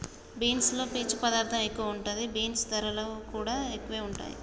beans లో పీచు పదార్ధం ఎక్కువ ఉంటది, బీన్స్ ధరలు కూడా ఎక్కువే వుంటుంది